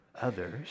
others